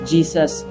Jesus